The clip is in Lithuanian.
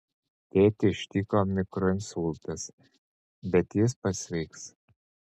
tėtį ištiko mikroinsultas bet jis pasveiks